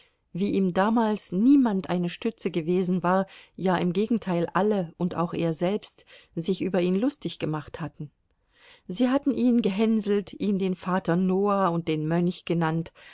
wie ihm damals niemand eine stütze gewesen war ja im gegenteil alle und auch er selbst sich über ihn lustig gemacht hatten sie hatten ihn gehänselt ihn den vater noah und den mönch genannt